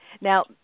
Now